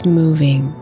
moving